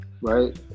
right